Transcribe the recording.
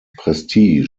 prestige